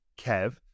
Kev